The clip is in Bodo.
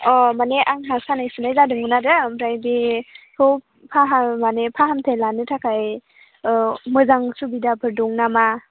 अ माने आंहा सानाय सुनाय जादोंमोन आरो ओमफ्राय बेखौ फाहामनो माने फाहामथाय लानो थाखाय औ मोजां सुबिदाफोर दं नामा